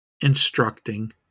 instructing